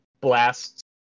blasts